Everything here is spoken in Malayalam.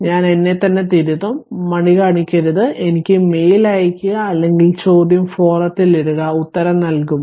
ഞാൻ എന്നെത്തന്നെ തിരുത്തും മടികാണിക്കരുത് എനിക്ക് മെയിൽ അയയ്ക്കുക അല്ലെങ്കിൽ ചോദ്യം ഫോറത്തിൽ ഇടുക ഉത്തരം നൽകും